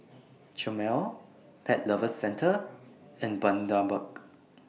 Chomel Pet Lovers Centre and Bundaberg